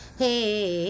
hey